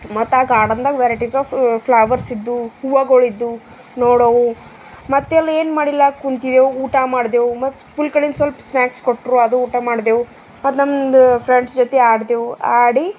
ಮತ್ತು ಆ ಗಾರ್ಡನ್ದಾಗ ವೆರೈಟಿಸ್ ಆಫ್ ಫ್ಲಾವರ್ಸ್ ಇದ್ದುವು ಹೂವುಗಳಿದ್ದುವ್ ನೋಡೋವು ಮತ್ತೆಲ್ಲ ಏನು ಮಾಡಿಲ್ಲ ಕುಂತಿದೆವು ಊಟ ಮಾಡಿದೆವು ಮತ್ತು ಸ್ಕೂಲ್ ಕಡಿಂದ ಸ್ವಲ್ಪ ಸ್ನಾಕ್ಕ್ಸ್ ಕೊಟ್ಟರು ಅದು ಊಟ ಮಾಡಿದೆವು ಮತ್ತು ನಮ್ಮದು ಫ್ರೆಂಡ್ಸ್ ಜೊತೆ ಆಡಿದೆವು ಆಡಿ